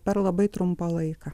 per labai trumpą laiką